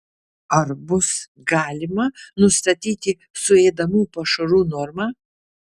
ar bus galima nustatyti suėdamų pašarų normą